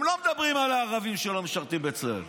הם לא מדברים על הערבים שלא משרתים בצה"ל.